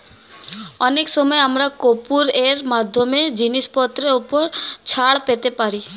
অনেক সময় আমরা কুপন এর মাধ্যমে জিনিসপত্রের উপর ছাড় পেতে পারি